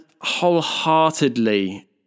wholeheartedly